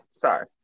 sorry